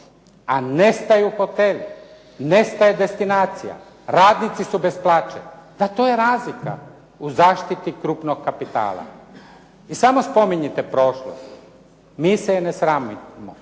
a nestaju hoteli, nestaje destinacija. Radnici su bez plaće. Da, to je razlika u zaštiti krupnog kapitala. Vi samo spominjite prošlost, mi se je ne sramimo.